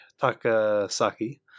Takasaki